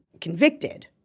convicted